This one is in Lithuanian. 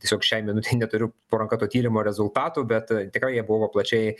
tiesiog šiai minutei neturiu po ranka to tyrimo rezultatų bet tikrai jie buvo plačiai